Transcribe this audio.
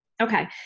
Okay